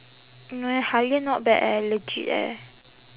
no eh Halia not bad eh legit eh